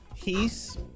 Peace